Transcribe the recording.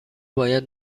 باید